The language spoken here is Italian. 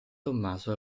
tommaso